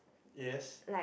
yes